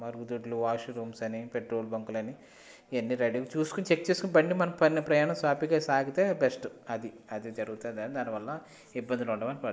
మరుగుదొడ్లు washrooms అని petrol బంకులు అని ఇవన్నీ చూసుకొని చెక్ చేసుకొని మన ప్రయాణం హ్యాపీగా సాగితే బెస్ట్ అది అది జరుగుతుందని దాని వల్ల ఇబ్బందులు ఉండవని అభిప్రాయపడుతున్నా